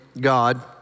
God